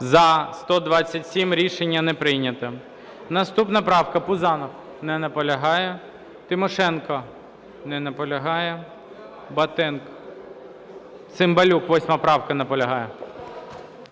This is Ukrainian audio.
За-127 Рішення не прийнято. Наступна правка. Пузанов. Не наполягає. Тимошенко. Не наполягає. Батенко. Цимбалюк, 8 правка. Наполягає.